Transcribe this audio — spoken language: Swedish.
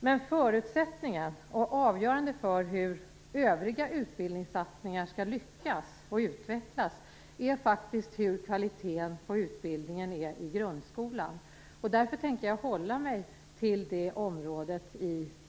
Men förutsättningen och avgörande för hur övriga utbildningssatsningar skall lyckas och utvecklas är faktiskt hur kvaliteten på utbildningen är i grundskolan. Därför tänker jag hålla mig till det området.